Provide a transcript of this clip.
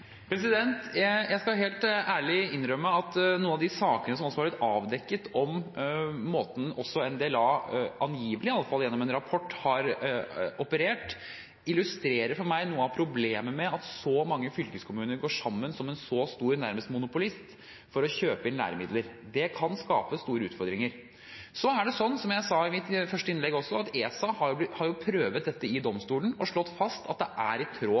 Jeg skal helt ærlig innrømme at noen av de sakene som har blitt avdekket om måten også NDLA – i alle fall angivelig, gjennom en rapport – har operert, illustrerer for meg noe av problemet med at så mange fylkeskommuner går sammen, som en så stor nærmest monopolist, for å kjøpe inn læremidler. Det kan skape store utfordringer. Som jeg sa i mitt første innlegg, har ESA prøvd dette i domstolen og slått fast at det er i tråd